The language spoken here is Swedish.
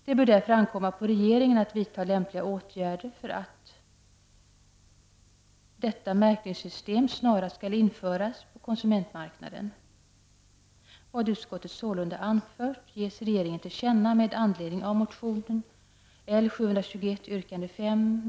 Det bör därför ankomma på regeringen att vidta lämpliga åtgärder för att detta märkningssystem snarast skall införas på konsumentmarknaden.